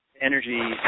energy